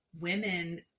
women